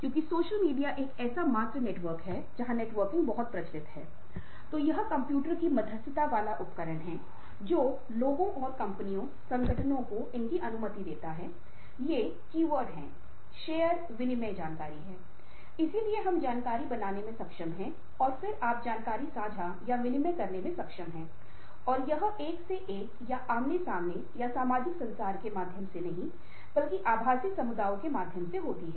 क्योंकि उसके पास ऐसा करने की प्रेरणा है और साथ ही उसने व्यवसाय के विभिन्न पहलुओं को समझा और वह विभिन्न पक्षों और आंकड़ों के साथ समन्वय करता है फिर उसने एक सूत्र तैयार किया जिसके आधार पर वेतन वृद्धि हो सकती है